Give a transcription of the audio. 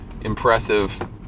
impressive